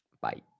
Bye